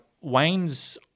Wayne's